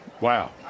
Wow